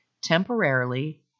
temporarily